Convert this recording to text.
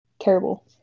Terrible